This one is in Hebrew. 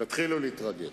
תתחילו להתרגל.